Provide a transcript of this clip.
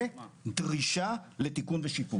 ודרישה לתיקון ושיפור.